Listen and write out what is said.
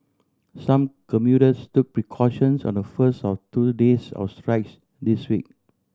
some commuters took precautions on the first of two days of strikes this week